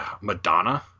Madonna